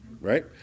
right